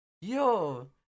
yo